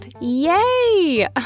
Yay